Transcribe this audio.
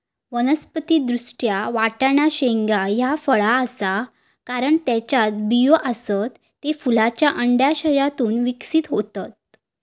वनस्पति दृष्ट्या, वाटाणा शेंगा ह्या फळ आसा, कारण त्येच्यात बियो आसत, ते फुलांच्या अंडाशयातून विकसित होतत